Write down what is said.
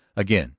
again,